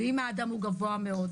אם האדם גבוה מאוד?